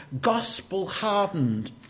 gospel-hardened